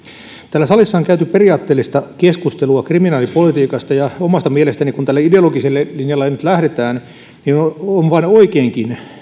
täällä salissa on käyty periaatteellista keskustelua kriminaalipolitiikasta ja omasta mielestäni kun tälle ideologiselle linjalle nyt lähdetään onkin vain oikein